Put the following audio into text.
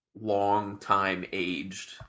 long-time-aged